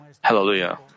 Hallelujah